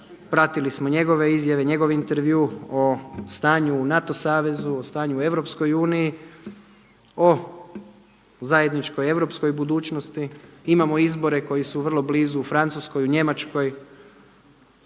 Pratili smo njegove izjave, njegov intervju o stanju u NATO savezu, o stanju u EU, o zajedničkoj europskoj budućnosti. Imamo izbore koji su vrlo blizu u Francuskoj, u Njemačkoj.